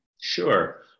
Sure